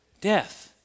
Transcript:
Death